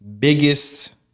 biggest